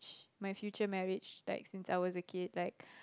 my future marriage like since I was a kid like